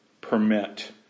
permit